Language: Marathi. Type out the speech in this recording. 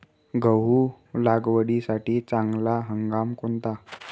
गहू लागवडीसाठी चांगला हंगाम कोणता?